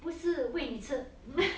不是喂你吃